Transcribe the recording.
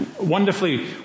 Wonderfully